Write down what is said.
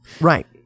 Right